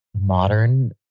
modern